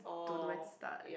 don't know where to start